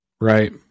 right